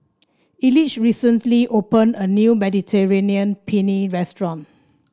Elige recently opened a new Mediterranean Penne Restaurant